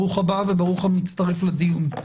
ברוך הבא וברוך המצטרף לדיון.